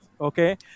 Okay